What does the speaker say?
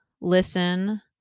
listen